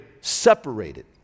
separated